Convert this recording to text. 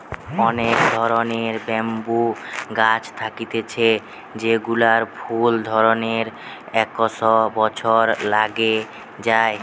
অনেক ধরণের ব্যাম্বু গাছ থাকতিছে যেগুলার ফুল ধরতে একশ বছর লাগে যায়